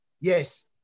yes